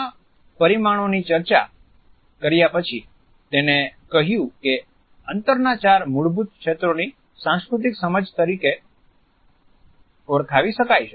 આ પરિણામોની ચર્ચા કર્યા પછી તેને કહ્યું કે અંતરના ચાર મૂળભૂત ક્ષેત્રોની સાંસ્કૃતિક સમજ તરીકે ઓળખાવી શકાય છે